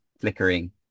flickering